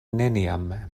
neniam